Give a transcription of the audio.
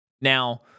Now